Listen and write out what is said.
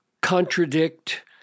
contradict